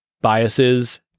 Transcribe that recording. biases